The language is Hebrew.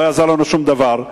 לא יעזור לנו שום דבר.